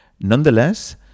Nonetheless